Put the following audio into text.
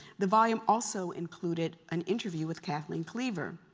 the volume also included an interview with kathleen cleaver.